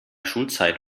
schulzeit